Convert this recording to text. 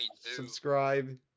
subscribe